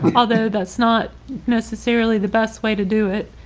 but although that's not necessarily the best way to do it.